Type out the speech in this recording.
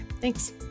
thanks